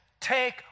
Take